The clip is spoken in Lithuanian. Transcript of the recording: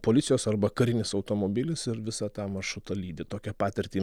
policijos arba karinis automobilis ir visą tą maršrutą lydi tokią patirtį